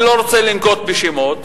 אני לא רוצה לנקוב בשמות,